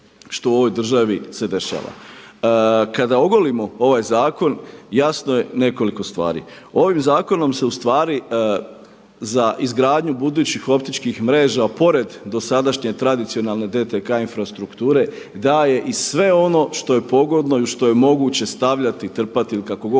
što u ovoj državi se dešava. Kada ogolimo ovaj zakon jasno je nekoliko stvari, ovim zakonom se ustvari za izgradnju budućih optičkih mreža pored dosadašnje tradicionalne DTK infrastrukture daje i sva ono što je pogodno i u što je moguće stavljati, trpati ili kako god